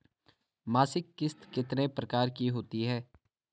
मासिक किश्त कितने प्रकार की होती है?